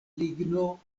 ligno